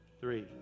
three